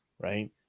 right